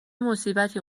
مصیبتی